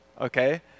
okay